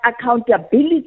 accountability